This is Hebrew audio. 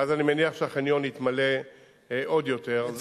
ואז אני מניח שהחניון יתמלא עוד יותר.